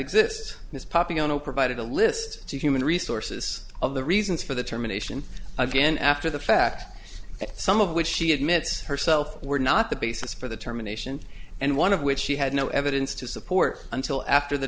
exists this poppy on a provided a list to human resources of the reasons for the terminations again after the fact some of which she admits herself were not the basis for the terminations and one of which she had no evidence to support until after the